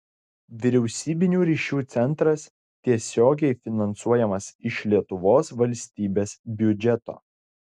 vyriausybinių ryšių centras tiesiogiai finansuojamas iš lietuvos valstybės biudžeto